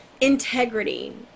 Integrity